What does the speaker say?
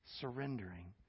surrendering